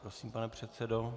Prosím, pane předsedo.